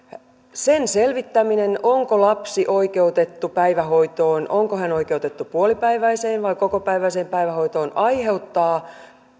sen selvittäminen onko lapsi oikeutettu päivähoitoon onko hän oikeutettu puolipäiväiseen vai kokopäiväiseen päivähoitoon aiheuttaa